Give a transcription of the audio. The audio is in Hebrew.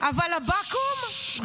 אבל לבקו"ם, דממה.